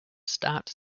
start